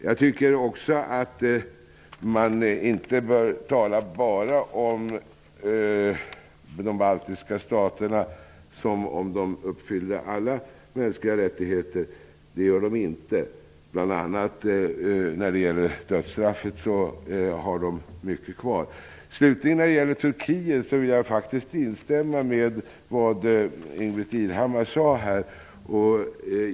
Jag tycker också att man inte bara bör tala om de baltiska staterna som om de uppfyllde alla mänskliga rättigheter. Det gör de inte. När det bl.a. gäller dödsstraffet har de baltiska staterna mycket kvar. Slutligen beträffande Turkiet vill jag instämma med det som Ingbritt Irhammar sade.